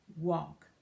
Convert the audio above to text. walk